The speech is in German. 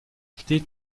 steht